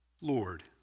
Lord